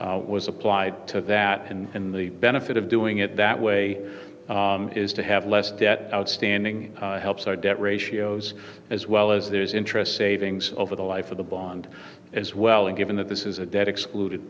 excess was applied to that and the benefit of doing it that way is to have less debt outstanding helps our debt ratios as well as there is interest savings over the life of the bond as well and given that this is a debt excluded